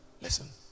Listen